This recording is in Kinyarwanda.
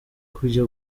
kujya